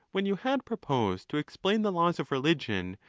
when you had proposed to explain the laws of religion,